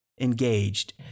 engaged